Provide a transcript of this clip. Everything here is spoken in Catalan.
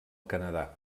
canadà